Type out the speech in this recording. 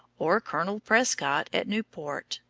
or colonel prescott at newport